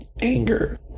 anger